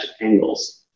angles